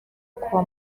kwa